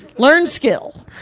learned skill.